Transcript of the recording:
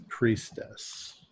Priestess